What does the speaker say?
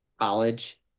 college